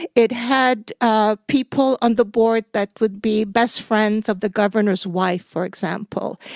it it had ah people on the board that would be best friends of the governor's wife, for example.